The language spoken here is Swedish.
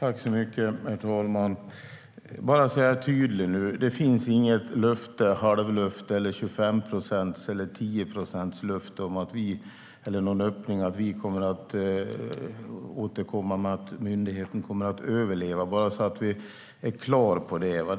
Herr talman! Bara för att vara tydlig: Det finns inget löfte, halvlöfte eller 25 eller 10-procentslöfte eller någon öppning om att vi kommer att återkomma med att myndigheten överlever - så att vi är klara över det.